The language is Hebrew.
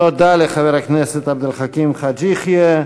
תודה לחבר הכנסת עבד אל חכים חאג' יחיא.